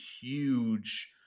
huge